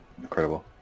Incredible